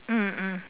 mm mm